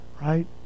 right